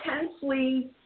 intensely